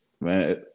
Man